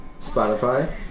Spotify